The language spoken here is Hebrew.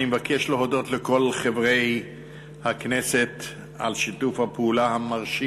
אני מבקש להודות לכל חברי הכנסת על שיתוף הפעולה המרשים